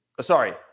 Sorry